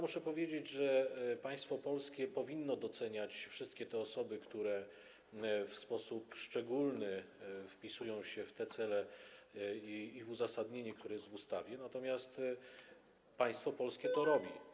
Muszę powiedzieć, że państwo polskie powinno doceniać wszystkie osoby, które w sposób szczególny wpisują się w te cele z uzasadnienia ustawy, natomiast państwo polskie to robi.